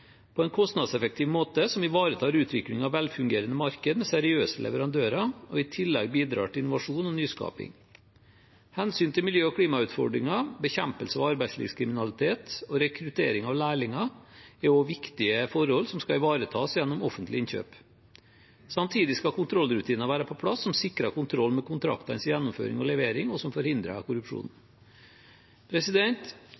på en kostnadseffektiv måte som ivaretar utviklingen av velfungerende markeder med seriøse leverandører og i tillegg bidrar til innovasjon og nyskaping. Hensyn til miljø- og klimautfordringer, bekjempelse av arbeidslivskriminalitet og rekruttering av lærlinger er også viktige forhold som skal ivaretas gjennom offentlige innkjøp. Samtidig skal det være kontrollrutiner på plass som sikrer kontroll med kontraktenes gjennomføring og levering, og som forhindrer